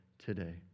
today